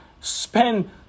spend